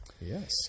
Yes